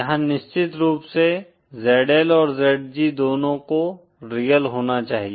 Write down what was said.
यहाँ निश्चित रूप से ZL और ZG दोनों को रियल होना चाहिए